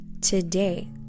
Today